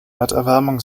erderwärmung